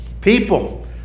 people